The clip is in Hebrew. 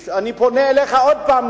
אני פונה אליך עוד פעם,